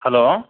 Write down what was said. hello